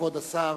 כבוד השר